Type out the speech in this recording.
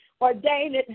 ordained